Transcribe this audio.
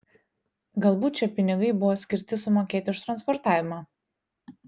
galbūt šie pinigai buvo skirti sumokėti už transportavimą